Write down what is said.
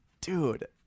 dude